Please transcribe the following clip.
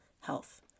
health